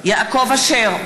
אלי בן-דהן, נגד יואב בן צור,